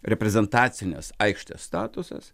reprezentacinės aikštės statusas